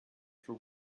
for